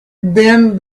then